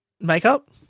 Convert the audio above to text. makeup